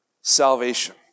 salvation